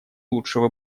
лучшего